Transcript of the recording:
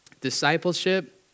discipleship